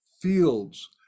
fields